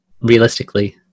realistically